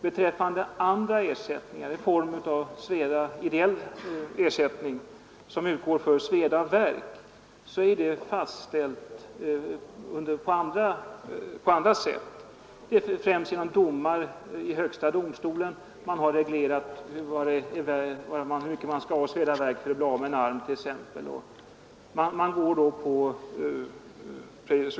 Den andra ersättningsformen — ideell ersättning, som utgår för sveda och värk — är fastställd på andra sätt, främst genom domar i högsta domstolen. Det är t.ex. reglerat hur mycket den skadade skall få för sveda och värk vid förlust av en arm.